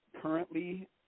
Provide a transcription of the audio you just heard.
currently